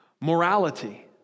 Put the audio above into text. Morality